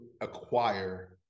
acquire